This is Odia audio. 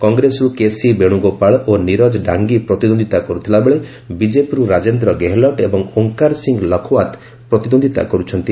କଂଗ୍ରେସରୁ କେସି ବେଣୁଗୋପାଳ ଓ ନିରଜ ଡାଙ୍ଗି ପ୍ରତିଦ୍ୱନ୍ଦ୍ୱିତା କରୁଥିଲାବେଳେ ବିଜେପିରୁ ରାଜେନ୍ଦ୍ର ଗେହଲଟ୍ ଏବଂ ଓଁକାର ସିଂହ ଲଖୱାତ୍ ପ୍ରତିଦ୍ୱନ୍ଦିତା କରୁଛନ୍ତି